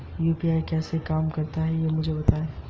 UPI कैसे काम करता है?